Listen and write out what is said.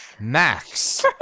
Max